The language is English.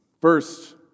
First